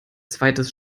zweites